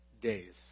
days